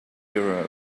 euros